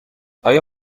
آیا